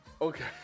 Okay